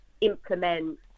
implement